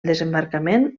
desembarcament